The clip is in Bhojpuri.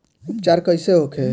उपचार कईसे होखे?